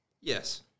Yes